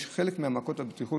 חלק ממעקות הבטיחות,